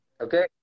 Okay